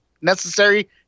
necessary